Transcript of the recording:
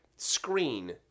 Screen